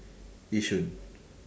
yishun